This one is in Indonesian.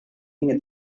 ini